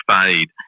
fade